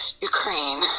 Ukraine